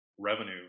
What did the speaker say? revenue